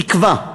תקווה.